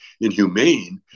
inhumane